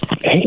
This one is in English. hey